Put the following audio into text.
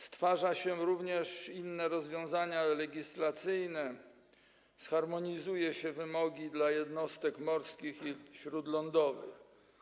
Stwarza się również inne rozwiązania legislacyjne, harmonizuje się wymogi dla jednostek morskich i śródlądowych.